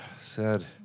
Sad